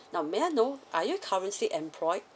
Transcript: now may I know are you currently employed